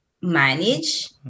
manage